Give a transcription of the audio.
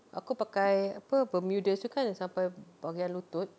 aku pakai apa bermudas itu kan sampai bahagian lutut